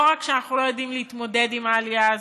אנחנו לא רק לא יודעים להתמודד עם העלייה הזאת,